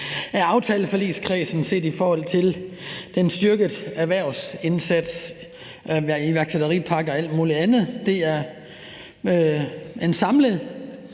af aftaleforligskredsen set i forhold til den styrkede erhvervsindsats, iværksætteripakke og alt muligt andet. Det er en samlet